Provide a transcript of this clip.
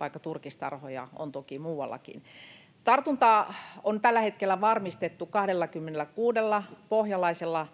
vaikka turkistarhoja on toki muuallakin. Tartunta on tällä hetkellä varmistettu 26 pohjalaisella